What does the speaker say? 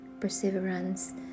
perseverance